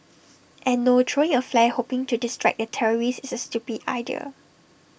and no throwing A flare hoping to distract the terrorist is A stupid idea